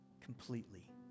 completely